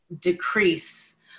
decrease